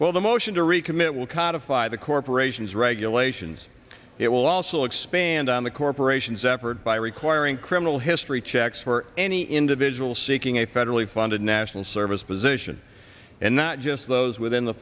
well the motion to recommit will kind of fly the corporations regulations it will also expand on the corporation's effort by requiring criminal history checks for any individual seeking a federally funded national service position and not just those within the